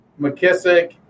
McKissick